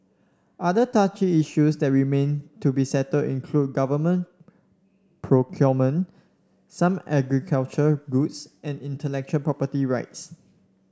other touchy issues that remain to be settled include government procurement some agricultural goods and intellectual property rights